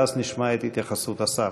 ואז נשמע את התייחסות השר,